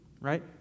Right